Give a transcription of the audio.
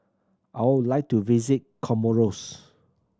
I would like to visit Comoros